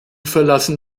verlassen